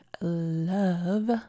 love